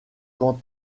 quant